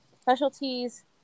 specialties